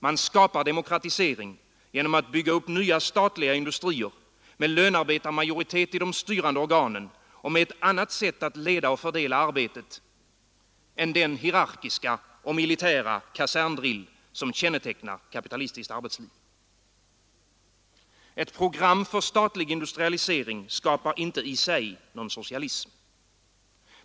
Man åstadkommer demokratisering genom att bygga upp nya statliga industrier med lönarbetarmajoritet i de styrande organen och med ett annat sätt att leda och fördela arbetet än den hierarkiska och militära kaserndrill som kännetecknar kapitalistiskt arbetsliv. Ett program för statlig industrialisering skapar inte i sig någon socialism.